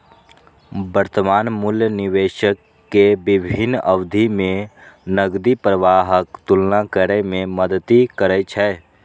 वर्तमान मूल्य निवेशक कें विभिन्न अवधि मे नकदी प्रवाहक तुलना करै मे मदति करै छै